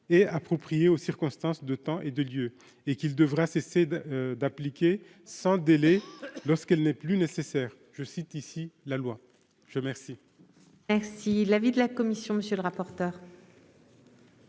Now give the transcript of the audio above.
et appropriée aux circonstances de temps et de lieu et qu'il devra cesser d'appliquer sans délai lorsqu'elle n'est plus nécessaire, je cite ici la loi je merci. Ainsi l'avis de la commission, monsieur le rapporteur.